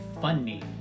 funny